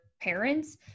parents